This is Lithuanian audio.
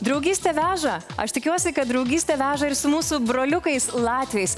draugystė veža aš tikiuosi kad draugystė veža ir su mūsų broliukais latviais